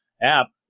app